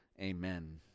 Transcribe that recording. Amen